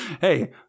Hey